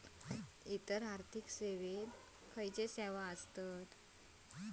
इतर आर्थिक सेवेत कसले सेवा आसत?